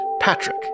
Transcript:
Patrick